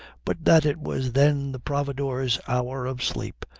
but that it was then the providore's hour of sleep,